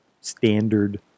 standard